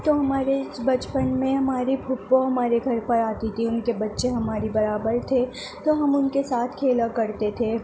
تو ہمارے اس بچپن میں ہماری پھپھو ہمارے گھر پر آتی تھی ان کے بچے ہمارے برابر تھے تو ہم ان کے ساتھ کھیلا کرتے تھے